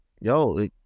Yo